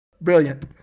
Brilliant